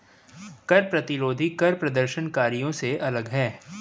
कर प्रतिरोधी कर प्रदर्शनकारियों से अलग हैं